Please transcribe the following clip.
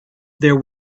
there